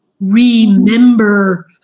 remember